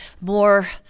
more